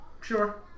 Sure